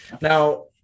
Now